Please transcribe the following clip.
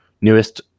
newest